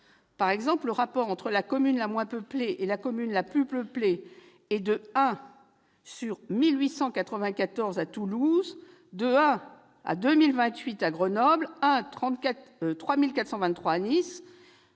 Ainsi, le rapport entre la commune la moins peuplée et la commune la plus peuplée est de 1 à 1894 à Toulouse, de 1 à 2028 à Grenoble, de 1 à 3423 à Nice,